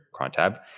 CronTab